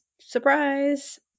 surprise